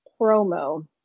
promo